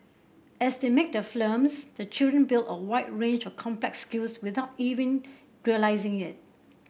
as they make their films the children build a wide range of complex skills without even realising it